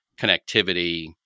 connectivity